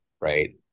right